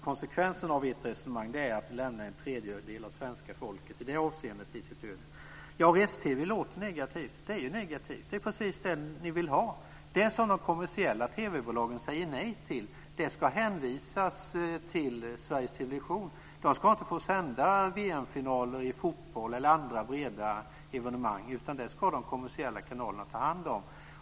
Konsekvensen av ert resonemang är att en tredjedel av svenska folket lämnas åt sitt öde, i det avseendet. Rest-TV låter negativt. Det är negativt. Det är precis det ni vill ha. Det som de kommersiella TV bolagen säger nej till ska hänvisas till Sveriges Television. SVT ska inte få sända VM-finaler i fotboll eller andra breda evenemang. Det ska de kommersiella kanalerna ta hand om.